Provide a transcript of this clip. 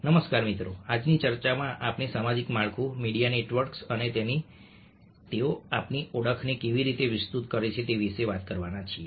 નમસ્કાર મિત્રો આજની ચર્ચામાં આપણે સામાજિક માળખું મીડિયા નેટવર્ક્સ અને તેઓ આપણી ઓળખને કેવી રીતે વિસ્તૃત કરે છે તે વિશે વાત કરવાના છીએ